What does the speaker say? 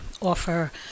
offer